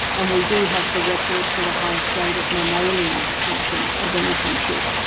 and we do have the record for the highest rate of mammalian extinction of any country